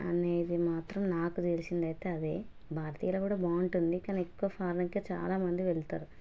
అనేది మాత్రం నాకు తెలిసింది అయితే అదే భారతీయుల కూడా బాగుంటుంది కానీ ఎక్కువ ఫారిన్కు చాలా మంది వెళ్తారు